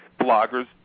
bloggers